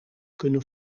kunnen